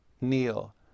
kneel